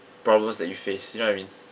problems that you face you know what I mean